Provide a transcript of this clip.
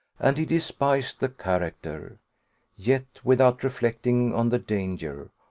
and he despised the character yet without reflecting on the danger,